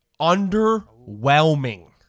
Underwhelming